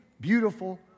beautiful